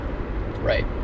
Right